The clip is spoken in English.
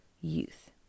youth